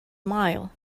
mile